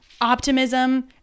optimism